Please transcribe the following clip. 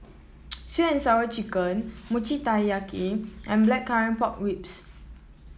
sweet and Sour Chicken Mochi Taiyaki and Blackcurrant Pork Ribs